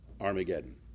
Armageddon